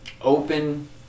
open